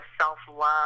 self-love